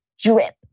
drip